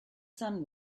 sun